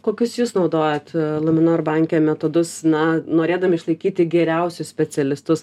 kokius jūs naudojat luminor banke metodus na norėdami išlaikyti geriausius specialistus